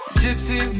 gypsy